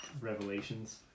revelations